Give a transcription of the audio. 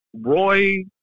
Roy